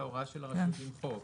את ההוראה של הרשות צריך למחוק.